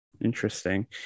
Interesting